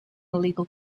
illegal